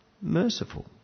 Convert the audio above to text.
merciful